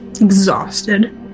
exhausted